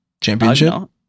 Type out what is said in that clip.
championship